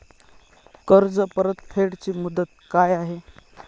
कर्ज परतफेड ची मुदत काय आहे?